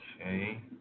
Okay